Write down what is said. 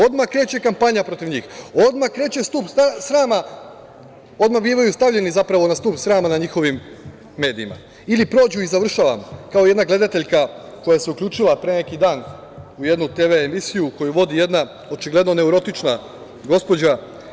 Odmah kreće kampanja protiv njih, odmah bivaju stavljeni na stub srama na njihovim medijima ili prođu kao jedna gledateljka koja se uključila pre neki dan u jednu TV emisiju, koju vodi jedna, očigledno, neurotična gospođa.